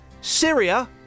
Syria